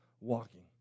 walking